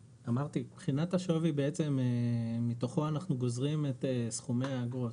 בחינת השווי בעצם מתוכו אנחנו גוזרים את סכומי האגרות.